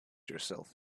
yourself